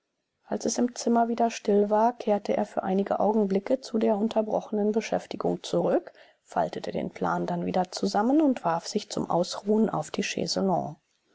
als es im zimmer wieder still war kehrte er für einige augenblicke zu der unterbrochenen beschäftigung zurück faltete den plan dann wieder zusammen und warf sich zum ausruhen auf die